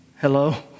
Hello